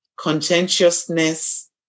contentiousness